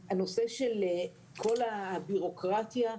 הנושא של כל הבירוקרטיה: